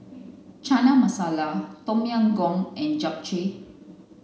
Chana Masala Tom Yam Goong and Japchae